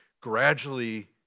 gradually